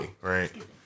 right